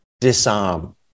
disarm